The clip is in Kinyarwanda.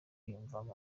biyumvamo